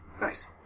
Nice